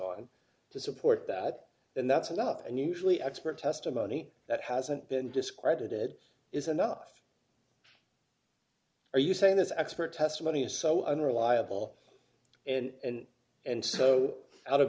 on to support that and that's up and usually expert testimony that hasn't been discredited is enough are you saying this expert testimony is so unreliable and and so out of